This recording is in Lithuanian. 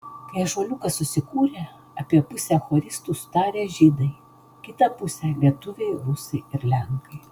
kai ąžuoliukas susikūrė apie pusę choristų sudarė žydai kitą pusę lietuviai rusai ir lenkai